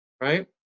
Right